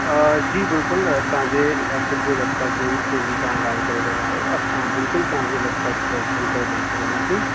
जी बिल्कुलु तव्हांजे एपल जी लैप्टॉप जी जंहिंजी तव्हां ॻाल्हि करे रहिया आहियो असां बिल्कुलु तव्हांजो लैप्टॉप सही करे ॾेई सघंदासीं